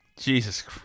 Jesus